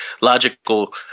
logical